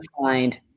find